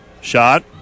Shot